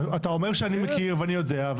אתה אומר שאני מכיר ואני יודע,